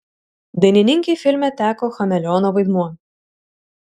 dainininkei filme teko chameleono vaidmuo